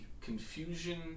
confusion